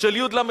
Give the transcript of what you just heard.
של י.ל.